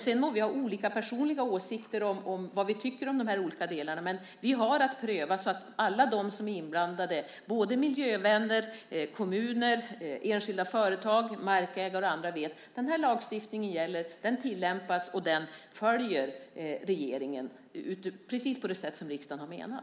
Sedan må vi ha olika personliga åsikter om de här olika delarna, men vi har att pröva så att alla de som är inblandade, miljövänner, kommuner, enskilda företag, markägare och andra, vet att den här lagstiftningen gäller och tillämpas och att regeringen följer den precis på det sätt som riksdagen har menat.